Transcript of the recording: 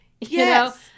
yes